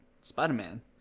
Spider-Man